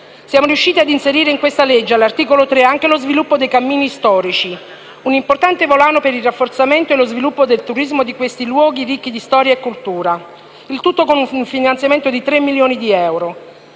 Siamo riusciti ad inserire in questo provvedimento, all'articolo 3, anche lo sviluppo dei cammini storici, un importante volano per il rafforzamento e lo sviluppo del turismo di questi luoghi ricchi di storia e cultura. Il tutto con un finanziamento di 3 milioni di euro.